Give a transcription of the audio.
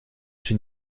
czy